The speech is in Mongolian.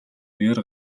үеэр